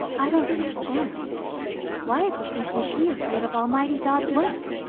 i don't understand why is the ccp afraid of almighty god's work.